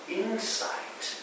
insight